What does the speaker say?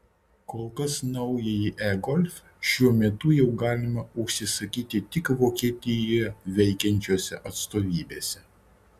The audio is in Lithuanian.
kol kas naująjį e golf šiuo metu jau galima užsisakyti tik vokietijoje veikiančiose atstovybėse